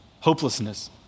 hopelessness